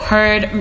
Heard